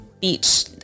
beach